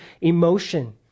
emotion